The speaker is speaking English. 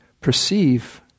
perceive